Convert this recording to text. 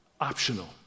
optional